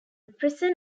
prison